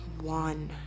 one